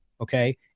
okay